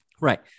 Right